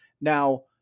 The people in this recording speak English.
Now